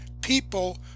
people